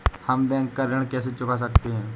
हम बैंक का ऋण कैसे चुका सकते हैं?